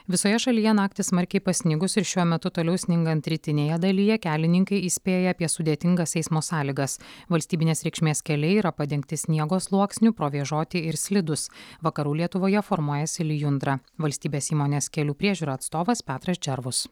visoje šalyje naktį smarkiai pasnigus ir šiuo metu toliau sningant rytinėje dalyje kelininkai įspėja apie sudėtingas eismo sąlygas valstybinės reikšmės keliai yra padengti sniego sluoksniu provėžoti ir slidūs vakarų lietuvoje formuojasi lijundra valstybės įmonės kelių priežiūra atstovas petras džervus